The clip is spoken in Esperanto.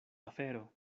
afero